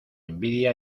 envidia